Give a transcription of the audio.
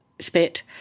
spit